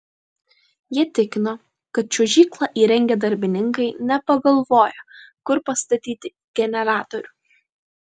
jie tikino kad čiuožyklą įrengę darbininkai nepagalvojo kur pastatyti generatorių